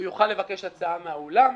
הוא יוכל לבקש הצעה מן האולם,